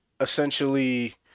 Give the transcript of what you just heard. essentially